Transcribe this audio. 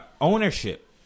ownership